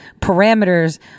parameters